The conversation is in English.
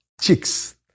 chicks